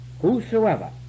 whosoever